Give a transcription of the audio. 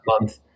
month